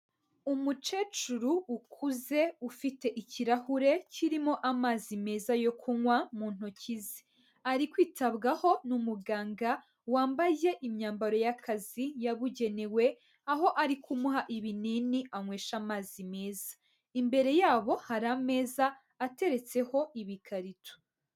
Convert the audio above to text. Umukecuru ukuze ufite ikirahure kirimo amazi meza yo kunywa mu ntoki ze. Ari kwitabwaho n'umuganga wambaye imyambaro y'akazi yabugenewe, aho ari kumuha ibinini anywesha amazi meza. Imbere yabo hari ameza ateretseho ibikarito.